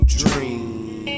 dream